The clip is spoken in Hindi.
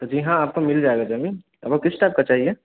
जी हाँ आपको मिल जाएगी ज़मीन आपको किस टाइप की चाहिए